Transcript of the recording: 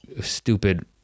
stupid